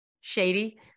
shady